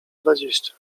dwadzieścia